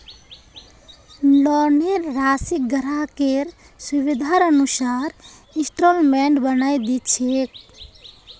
लोनेर राशिक ग्राहकेर सुविधार अनुसार इंस्टॉल्मेंटत बनई दी छेक